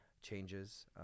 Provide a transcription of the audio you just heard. changes